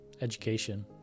education